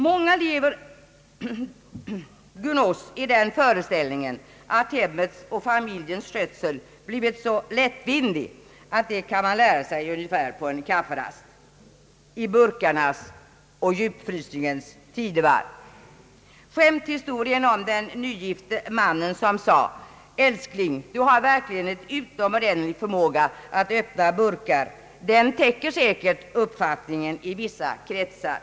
Många lever gunås i den föreställ ningen, att hemmets och familjens skötsel är så lätt, att man kan lära sig det på en kafferast i burkarnas och djupfrysningens tidevarv. Skämthistorien om den nygifte mannen som sade: »Älskling, du har verkligen en utomordentlig förmåga att öppna burkar!» motsvarar säkert uppfattningen i vissa kretsar.